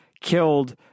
killed